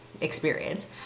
experience